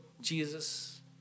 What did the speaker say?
Jesus